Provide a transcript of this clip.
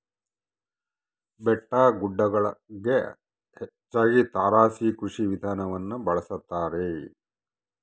ಬೆಟ್ಟಗುಡ್ಡಗುಳಗ ಹೆಚ್ಚಾಗಿ ತಾರಸಿ ಕೃಷಿ ವಿಧಾನವನ್ನ ಬಳಸತಾರ